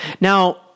Now